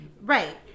Right